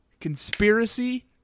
conspiracy